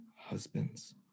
husbands